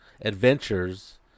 adventures